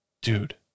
dude